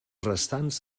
restants